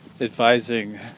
advising